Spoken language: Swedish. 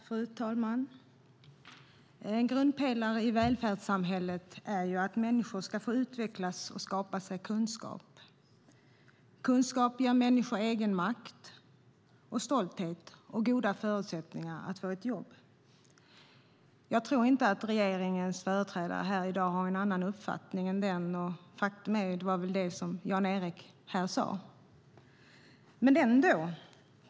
Fru talman! En grundpelare i välfärdssamhället är att människor ska få utvecklas och skaffa sig kunskap. Kunskap ger människor egenmakt, stolthet och goda förutsättningar att få ett jobb. Jag tror inte att regeringens företrädare här i dag har en annan uppfattning, och det var väl det Jan Ericson sade.